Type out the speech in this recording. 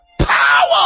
power